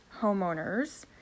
homeowners